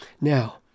Now